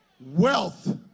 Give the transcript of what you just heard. Wealth